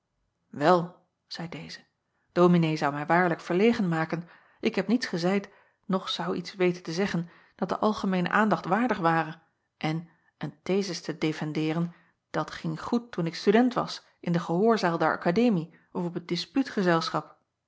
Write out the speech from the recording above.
el zeî deze ominee zou mij waarlijk verlegen maken ik heb niets gezeid noch zou iets weten te zeggen dat de algemeene aandacht waardig ware en een theses te defendeeren dat ging goed toen ik student was in de gehoorzaal der akademie of op t